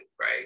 right